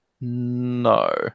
No